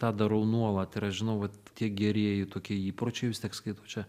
tą darau nuolat ir aš žinau vat tie gerieji tokie įpročiai vis tiek skaitau čia